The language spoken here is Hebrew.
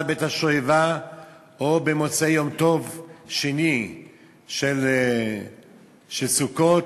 בית-השואבה או במוצאי יום טוב שני של סוכות,